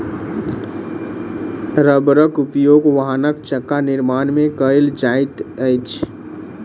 रबड़क उपयोग वाहनक चक्का निर्माण में कयल जाइत अछि